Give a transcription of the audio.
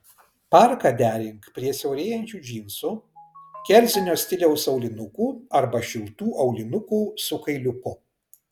parką derink prie siaurėjančių džinsų kerzinio stiliaus aulinukų arba šiltų aulinukų su kailiuku